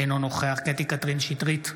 אינו נוכח קטי קטרין שטרית,